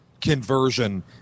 conversion